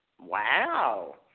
Wow